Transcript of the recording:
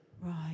right